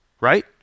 right